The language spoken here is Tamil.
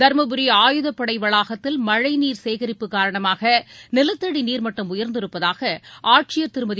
தருமபுரி ஆயுதப்படை வளாகத்தில் மழைநீர் சேகரிப்பு காரணமாக நிலத்தடி நீர்மட்டம் உயர்ந்திருப்பதாக ஆட்சியர் திருமதி